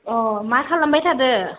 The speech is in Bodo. अ मा खालामबाय थादो